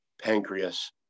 pancreas